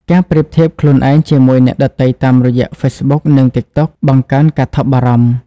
ការប្រៀបធៀបខ្លួនឯងជាមួយអ្នកដទៃតាមរយៈ Facebook និង TikTok បង្កើនការថប់បារម្ភ។